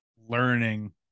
learning